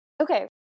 Okay